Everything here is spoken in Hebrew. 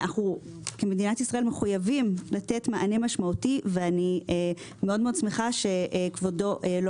מדינת ישראל מחויבת לתת מענה משמעותי ואני מאוד מאוד שמחה שכבודו לא